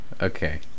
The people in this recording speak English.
okay